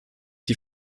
die